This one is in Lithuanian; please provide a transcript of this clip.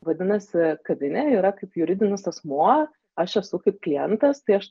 vadinasi kavinė yra kaip juridinis asmuo aš esu kaip klientas tai aš